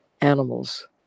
animals